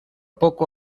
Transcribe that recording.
poco